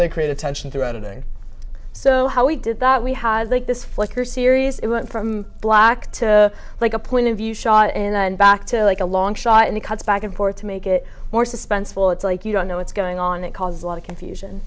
they created tension throughout the day so how we did that we had like this flicker series it went from black to like a point of view shot and then back to like a long shot in the cuts back and forth to make it more suspenseful it's like you don't know what's going on that causes a lot of confusion